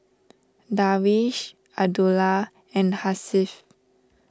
Darwish Abdullah and Hasif